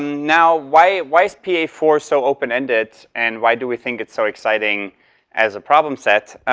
now why why is p a four so open ended and why do we think it's so exciting as a problem set?